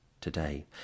today